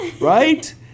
right